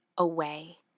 away